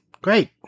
great